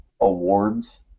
awards